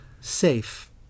safe